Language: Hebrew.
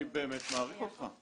אני באמת מעריך אותך.